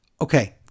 Okay